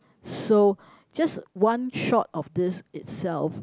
so just one shot of this itself